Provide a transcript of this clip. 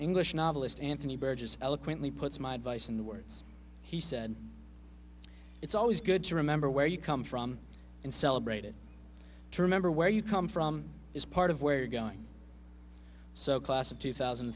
english novelist anthony burgess eloquently puts my advice and words he said it's always good to remember where you come from and celebrate it to remember where you come from is part of where you're going so class of two thousand